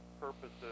purposes